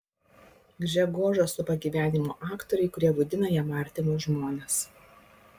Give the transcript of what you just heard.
gžegožą supa gyvenimo aktoriai kurie vaidina jam artimus žmones